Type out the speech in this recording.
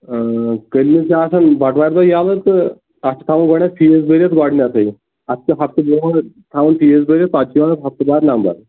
آ کِلنِک چھِ آسان بٹہٕ وار دۄہ یَلہٕ تہٕ اَتھ چھِ تھاوُن فیٖس بٔرِتھ گۄڈنیٚتھےٕ اَتھ چھ ہَفتہٕ برٛوٗنٛہے تھاوُن فیٖس بٔرِتھ پتہٕ چھُ یِوان ہَفتہٕ بعد نمبر